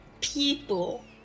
people